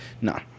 no